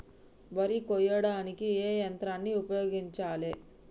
వరి కొయ్యడానికి ఏ యంత్రాన్ని ఉపయోగించాలే?